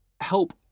help